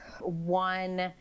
one